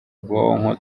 bwonko